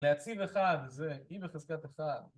להציב אחד זה אי בחזקת אחד.